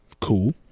cool